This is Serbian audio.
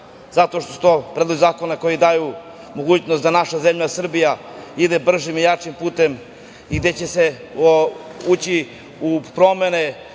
zato što su to predlozi zakona koji daju mogućnost da naša zemlja Srbija ide bržim i jačim putem, gde će ući u promene,